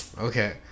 okay